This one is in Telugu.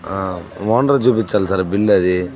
ఓనర్కి చూపించాలి సార్ బిల్ అది